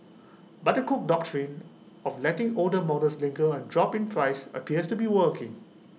but the cook Doctrine of letting older models linger and drop in price appears to be working